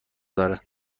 داره